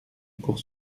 pour